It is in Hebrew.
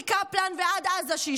שישמעו אתכם מקפלן ועד עזה.